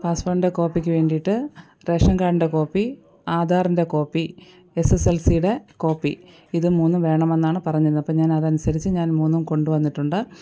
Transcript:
പാസ്പ്പോട്ടിന്റെ കോപ്പിക്ക് വേണ്ടിയിട്ട് റേഷൻ കാടിന്റെ കോപ്പി ആദാറിൻ്റെ കോപ്പി എസ് എസ് എൽ സിയുടെ കോപ്പി ഇത് മൂന്നും വേണമെന്നാണ് പറഞ്ഞത് അപ്പം ഞാനതനുസരിച്ച് ഞാൻ മൂന്നും കൊണ്ടുവന്നിട്ടുണ്ട്